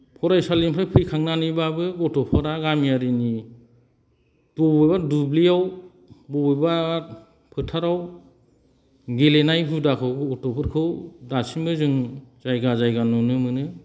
फरायसालिनिफ्राय फैखांनानैबाबो गथ'फोरा गामियारिनि बबेबा दुब्लियाव बबेबा फोथाराव गेलेनाय हुदाखौ गथ'फोरखौ दासिमबो जों जायगा जायगा नुनो मोनो